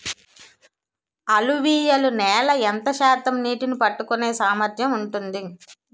అలువియలు నేల ఎంత శాతం నీళ్ళని పట్టుకొనే సామర్థ్యం ఉంటుంది?